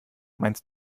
meinst